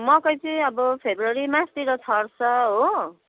मकै चाहिँ अब फेब्रुअरी मार्चतिर छर्छ हो